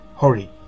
Hurry